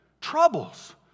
troubles